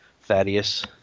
Thaddeus